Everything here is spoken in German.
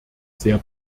sehr